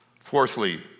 Fourthly